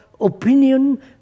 opinion